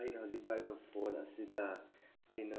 ꯑꯩꯅ ꯍꯧꯖꯤꯛ ꯄꯥꯏꯔꯤꯕ ꯐꯣꯟ ꯑꯁꯤꯗ ꯑꯩꯅ